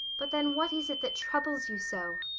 but then what is it that troubles you so?